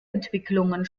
entwicklungen